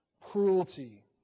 cruelty